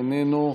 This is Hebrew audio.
איננו.